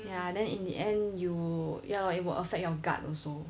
ya and then in the end you ya lah it will affect your gut also